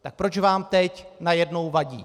Tak proč vám teď najednou vadí?